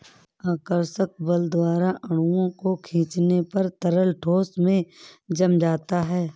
आकर्षक बल द्वारा अणुओं को खीचने पर तरल ठोस में जम जाता है